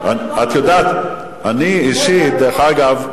דרך אגב,